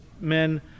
men